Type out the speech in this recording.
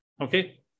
okay